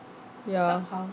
ya